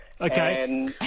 Okay